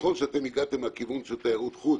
נכון שנגעתם מהכיוון של תיירות חוץ,